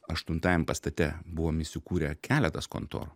aštuntajam pastate buvom įsikūrę keletas kontorų